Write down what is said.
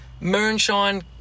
moonshine